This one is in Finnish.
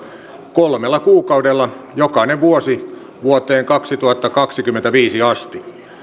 kolmella kuukaudella jokaisena vuonna vuoteen kaksituhattakaksikymmentäviisi asti